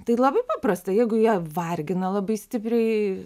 tai labai paprasta jeigu jie vargina labai stipriai